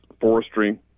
forestry